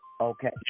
Okay